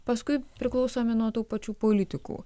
paskui priklausomi nuo tų pačių politikų